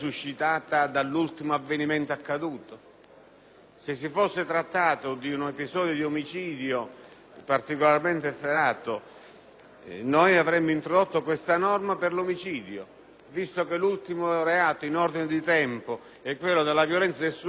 Se si fosse trattato di un episodio di omicidio particolarmente efferato avremmo introdotto questa norma per l'omicidio; visto però che l'ultimo reato in ordine di tempo è quello della violenza sessuale, introduciamo questa norma per la violenza sessuale.